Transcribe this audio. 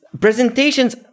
Presentations